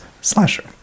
Slasher